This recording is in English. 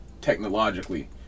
technologically